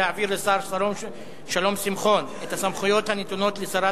להעביר לשר שלום שמחון את הסמכויות הנתונות לשרת